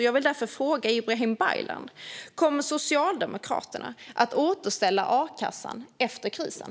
Jag vill därför fråga Ibrahim Baylan: Kommer Socialdemokraterna att återställa a-kassan efter krisen?